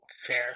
Fair